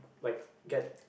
like get